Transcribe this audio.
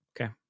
Okay